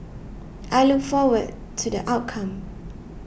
I look forward to the outcome